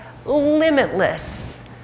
Limitless